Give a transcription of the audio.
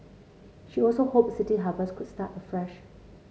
she also hoped City Harvest could start afresh